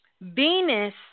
Venus